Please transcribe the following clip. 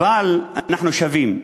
אבל אנחנו שווים.